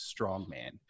strongman